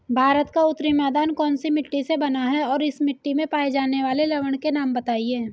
भारत का उत्तरी मैदान कौनसी मिट्टी से बना है और इस मिट्टी में पाए जाने वाले लवण के नाम बताइए?